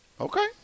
Okay